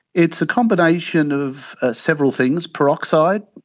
it's a combination of several things peroxide,